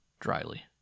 dryly